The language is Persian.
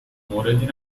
موردی